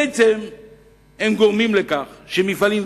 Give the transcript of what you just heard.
הם בעצם גורמים לכך שמפעלים,